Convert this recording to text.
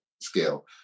scale